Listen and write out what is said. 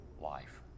life